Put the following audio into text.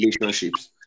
relationships